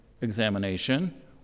examination